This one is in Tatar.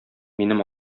минем